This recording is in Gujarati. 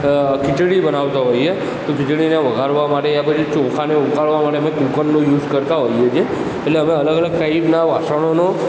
અ ખીચડી બનાવતાં હોઇએ તો ખીચડીને વઘારવા માટે યા પછી ચોખાને ઉકાળવા માટે અમે કૂકરનો યૂઝ કરતા હોઇએ છે એટલે અમે અલગ અલગ ટાઇપનાં વાસણોનો